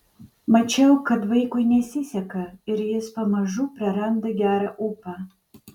mačiau kad vaikui nesiseka ir jis pamažu praranda gerą ūpą